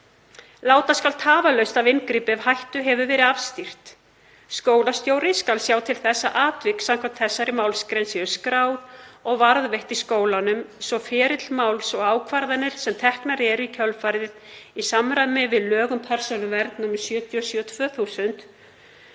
Láta skal tafarlaust af inngripi er hættu hefur verið afstýrt. Skólastjóri skal sjá til þess að atvik samkvæmt þessari málsgrein séu skráð og varðveitt í skólanum svo og ferill máls og ákvarðanir sem teknar eru í kjölfarið, í samræmi við lög um persónuvernd nr. 77/2000.